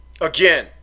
Again